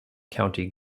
county